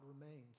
remains